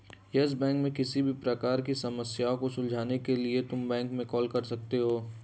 yes bank में किसी भी प्रकार की समस्या को सुलझाने के लिए तुम बैंक में कॉल कर सकते हो